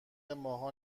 ماها